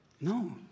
No